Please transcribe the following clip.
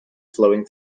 flowing